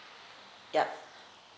yup